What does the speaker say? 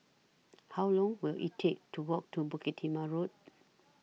How Long Will IT Take to Walk to Bukit Timah Road